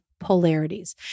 polarities